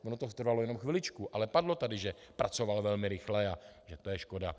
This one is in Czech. Ono to trvalo jenom chviličku, ale padlo tady, že pracoval velmi rychle a že to je škoda.